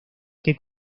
que